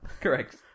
Correct